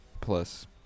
plus